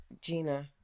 Gina